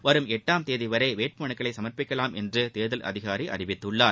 வரும் எட்டாம் தேதிவரை வேட்டுமனுக்களை சமர்ப்பிக்கலாம் என்று தேர்தல் அதிகாரி அறிவித்துள்ளார்